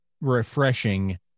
refreshing